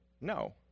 No